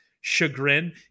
chagrin